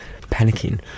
panicking